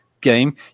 game